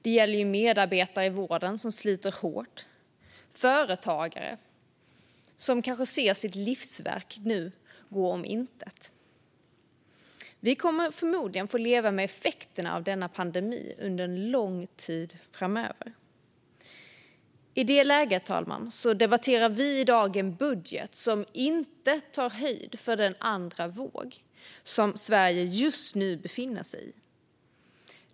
Det gäller medarbetarna i vården, som sliter hårt. Det gäller företagare som nu kanske ser sitt livsverk gå om intet. Vi kommer förmodligen att få leva med effekterna av denna pandemi under lång tid framöver. I det läget, herr talman, debatterar vi i dag en budget som inte tar höjd för den andra våg som Sverige just nu befinner sig i.